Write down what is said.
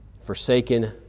forsaken